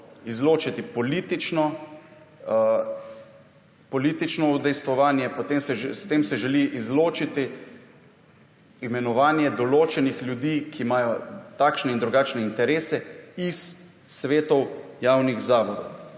izločiti politično udejstvovanje. S tem se želi izločiti imenovanje določenih ljudi, ki imajo takšne in drugačne interese iz svetov javnih zavodov.